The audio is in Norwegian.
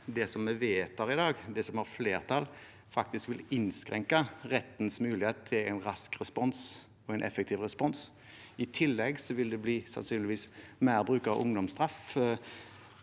at det vi vedtar i dag, det som har flertall, faktisk vil innskrenke rettens mulighet til en rask og effektiv respons. I tillegg vil det sannsynligvis bli mer bruk av ungdomsstraff,